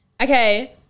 Okay